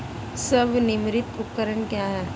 स्वनिर्मित उपकरण क्या है?